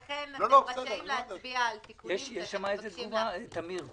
ולכן אתם רשאים להצביע על תיקונים שאתם מבקשים לעשות.